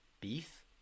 Beef